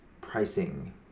pricing